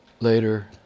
later